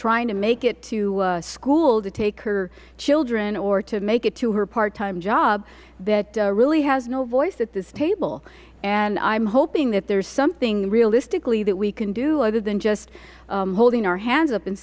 trying to make it to school to take her children or to make it to her part time job that really has no voice at this table and i am hoping that there is something realistically that we can do other than just holding our hands up and